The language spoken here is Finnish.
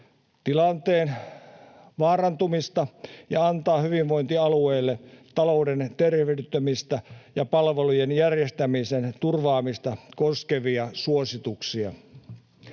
tilanteen vaarantumista ja antaa hyvinvointialueille talouden tervehdyttämistä ja palvelujen järjestämisen turvaamista koskevia suosituksia.